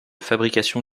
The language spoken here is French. fabrication